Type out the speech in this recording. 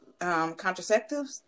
contraceptives